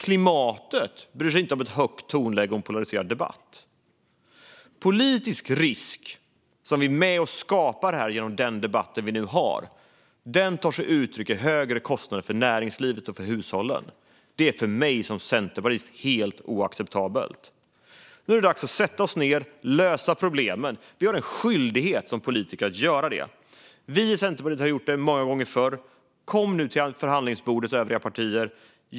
Klimatet bryr sig inte om ett högt tonläge och en polariserad debatt. Politisk risk, som vi är med och skapar genom den debatt vi nu har, tar sig uttryck i högre kostnader för näringslivet och för hushållen. Det är för mig som centerpartist helt oacceptabelt. Nu är det dags för oss att sätta oss ned och lösa problemen. Vi har en skyldighet som politiker att göra det. Vi i Centerpartiet har gjort det många gånger förr. Kom nu till förhandlingsbordet, övriga partier!